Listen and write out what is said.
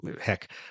heck